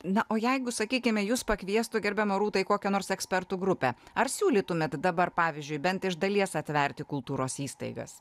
na o jeigu sakykime jus pakviestų gerbiama rūta į kokią nors ekspertų grupę ar siūlytumėt dabar pavyzdžiui bent iš dalies atverti kultūros įstaigas